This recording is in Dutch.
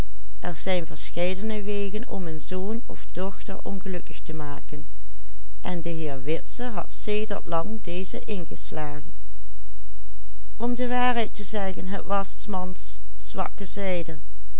of dochter ongelukkig te maken en de heer witse had sedert lang dezen ingeslagen om de waarheid te zeggen het was s mans zwakke zijde